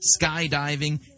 skydiving